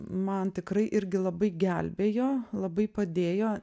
man tikrai irgi labai gelbėjo labai padėjo